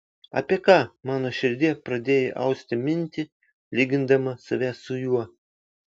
apie ką mano širdie pradėjai austi mintį lygindama save su juo